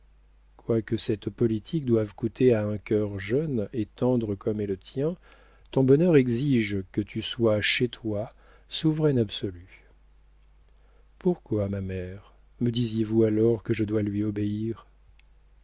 quoique cette politique doive coûter à un cœur jeune et tendre comme est le tien ton bonheur exige que tu sois chez toi souveraine absolue pourquoi ma mère me disiez-vous alors que je dois lui obéir